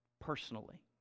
personally